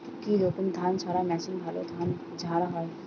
কি রকম ধানঝাড়া মেশিনে ভালো ধান ঝাড়া হয়?